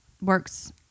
works